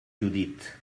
judith